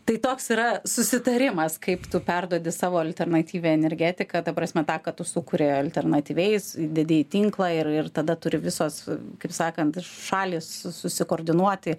tai toks yra susitarimas kaip tu perduodi savo alternatyvią energetiką ta prasme tą ką tu sukuri alternatyviais didįjį tinklą ir ir tada turi visos kaip sakant šalys susikoordinuoti